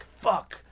fuck